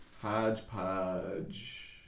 HodgePodge